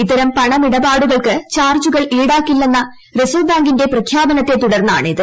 ഇത്തരം പണമിടപാടുകൾക്ക് ചാർജ്ജുകൾ ഈടാക്കില്ലെന്ന റിസർവ്വ് ബാങ്കിന്റെ പ്രഖ്യാപനത്തെ തുടർന്നാണ് ഇത്